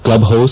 club house